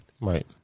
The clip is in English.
Right